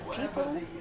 people